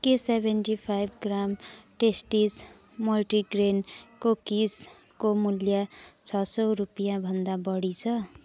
के seventy five gram Tasties multigrain कुकिजको मूल्य छ सय रुपियाँभन्दा बढी छ